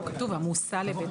לא, כתוב, "המוסע לבית